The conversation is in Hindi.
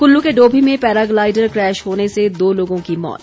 कुल्लू के डोभी में पैराग्लाइडर क्रैश होने से दो लोगों की मौत